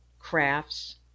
crafts